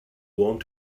want